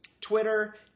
Twitter